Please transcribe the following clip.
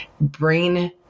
brain